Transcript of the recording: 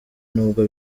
nubwo